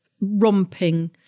romping